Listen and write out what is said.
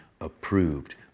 approved